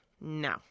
No